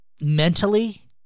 Mentally